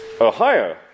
Ohio